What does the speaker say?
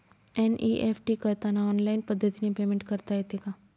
NEFT करताना online पद्धतीने payment करता येते का?